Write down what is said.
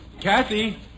Kathy